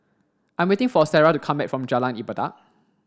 I'm waiting for Sarrah to come back from Jalan Ibadat